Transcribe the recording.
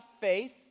faith